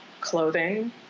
clothing